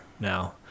now